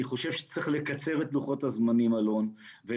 אני חושב שצריך לקצר את לוחות הזמנים ולהעביר